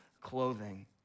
clothing